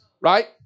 right